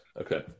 okay